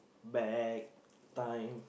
back time